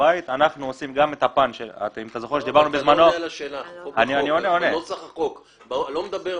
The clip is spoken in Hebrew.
אני לא מדבר מעשית.